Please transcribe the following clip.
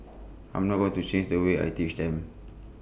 I'm not going to change the way I teach them